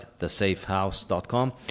thesafehouse.com